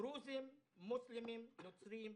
דרוזים, מוסלמים, נוצרים וצ'רקסים.